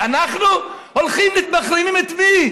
ואנחנו הולכים ומחרימים, את מי?